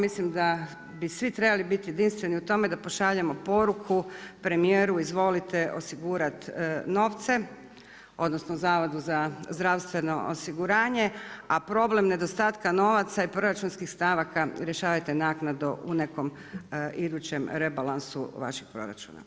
Mislim da bi svi trebali biti jedinstveni u tome da pošaljemo poruku, premijeru izvolite osigurati novce odnosno Zavodu za zdravstveno osiguranje, a problem nedostatka novaca i proračunskih stavaka rješavajte naknadno u nekom idućem rebalansu vaših proračuna.